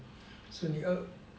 所以